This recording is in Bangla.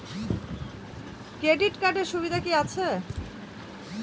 ক্রেডিট কার্ডের সুবিধা কি আছে?